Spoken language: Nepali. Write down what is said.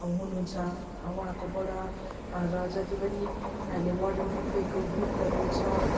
हुनुहुन्छ वाँकोबड र जति पनि अहिले वरन बुफेको बुकहरू छ